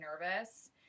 nervous